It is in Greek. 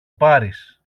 πάρεις